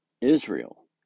Israel